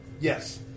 Yes